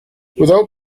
without